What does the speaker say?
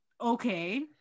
okay